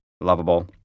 lovable